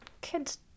kid's